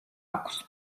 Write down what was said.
აქვს